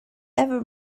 ever